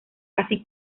así